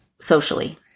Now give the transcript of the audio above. Socially